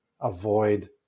avoid